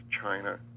China